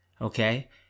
Okay